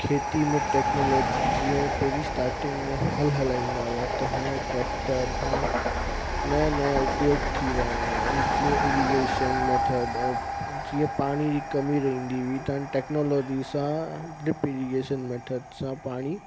खेती में टैक्नोलॉजी जीअं पहिरीं स्टार्टिंग में हलु हलाईंदा हुआ त हर ट्रैक्टर हाणे नवां नवां उपयोग थी रहिया आहिनि जीअं इरिगेशन मैथर्ड ऐं जीअं पाणी जी कमी रहंदी हुई त हाणे टैक्नोलॉजी सां लिप इरिगेशन मैथर्ड सां पाणी